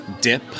dip